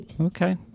Okay